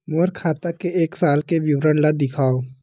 मोर खाता के एक साल के विवरण ल दिखाव?